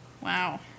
Wow